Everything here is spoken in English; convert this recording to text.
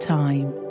time